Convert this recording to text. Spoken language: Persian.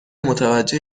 متوجه